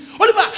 Oliver